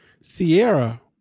Sierra